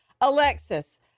Alexis